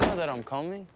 that i'm coming?